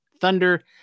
Thunder